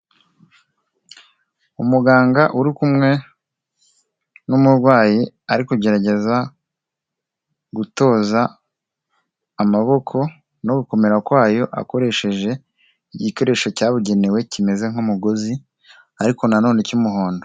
Umuganga uri kumwe n'umurwayi ari kugerageza gutoza amaboko no gukomera kwayo akoresheje igikoresho cyabugenewe kimeze nk'umugozi ariko nanone cy'umuhondo.